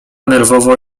nerwowo